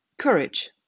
Courage